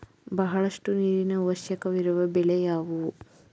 ಬಹಳಷ್ಟು ನೀರಿನ ಅವಶ್ಯಕವಿರುವ ಬೆಳೆ ಯಾವುವು?